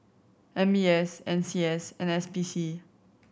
M B S N C S and S P C